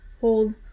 whole